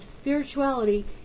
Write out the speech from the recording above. spirituality